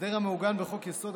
הסדר המעוגן בחוק-יסוד: